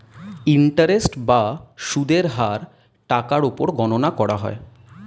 interest বা সুদের হার টাকার উপর গণনা করা হয়